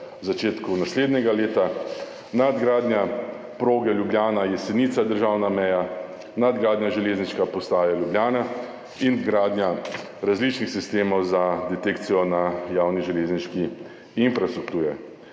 v začetku naslednjega leta, nadgradnja proge Ljubljana–Jesenice državna meja, nadgradnja železniške postaje Ljubljana in gradnja različnih sistemov za detekcijo na javni železniški infrastrukturi.